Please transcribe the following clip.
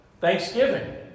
Thanksgiving